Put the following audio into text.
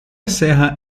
serra